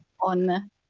on